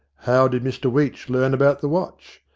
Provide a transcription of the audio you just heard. how did mr weech learn about the watch?